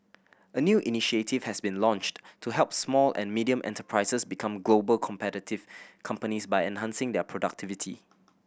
a new initiative has been launched to help small and medium enterprises become global competitive companies by enhancing their productivity